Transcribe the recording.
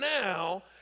now